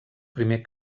primer